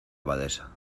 abadesa